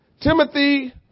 Timothy